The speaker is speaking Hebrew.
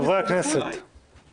כי לא לקחתי מכם כלום.